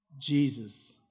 Jesus